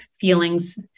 feelings